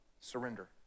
surrender